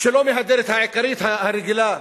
שלא מהדלת העיקרית, הרגילה.